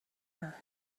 her